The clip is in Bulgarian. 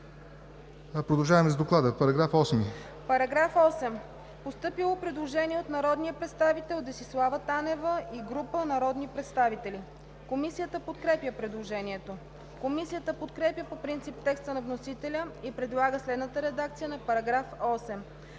По § 8 е постъпило предложение от народния представител Десислава Танева и група народни представители. Комисията подкрепя предложението. Комисията подкрепя по принцип текста на вносителя и предлага следната редакция на § 8: „§ 8.